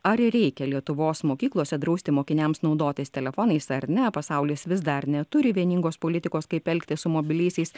ar reikia lietuvos mokyklose drausti mokiniams naudotis telefonais ar ne pasaulis vis dar neturi vieningos politikos kaip elgtis su mobiliaisiais